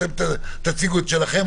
תציגו את שלכם.